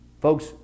Folks